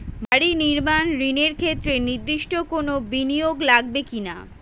বাড়ি নির্মাণ ঋণের ক্ষেত্রে নির্দিষ্ট কোনো বিনিয়োগ লাগবে কি না?